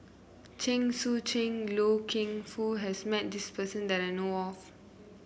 Chen Sucheng Loy Keng Foo has met this person that I know of